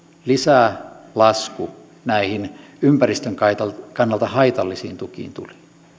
lisälasku näihin ympäristön kannalta kannalta haitallisiin tukiin tuli